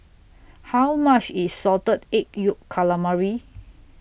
How much IS Salted Egg Yolk Calamari